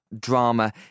drama